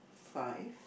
five